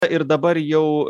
ir dabar jau